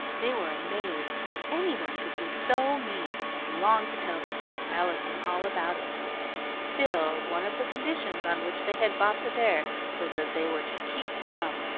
they were amazed that any one could be so mean, and longed to tell their aunt allison all about it still, one of the conditions on which they had bought the bear was that they were to keep mum,